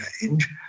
change